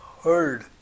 heard